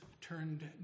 turned